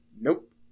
Nope